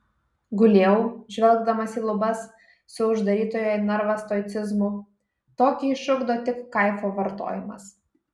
gulėjau žvelgdamas į lubas su uždarytojo į narvą stoicizmu tokį išugdo tik kaifo vartojimas